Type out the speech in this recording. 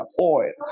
oil